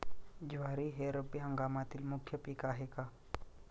ज्वारी हे रब्बी हंगामातील मुख्य पीक आहे का?